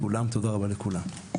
תודה רבה לכולם.